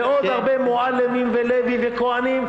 ועוד הרבה מועלמים ולוי וכהנים,